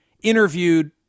interviewed